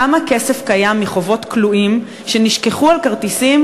כמה כסף קיים מחובות כלואים שנשכחו על כרטיסים